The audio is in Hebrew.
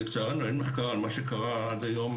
לצערנו אין מחקר על מה שקרה עד היום